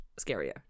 scarier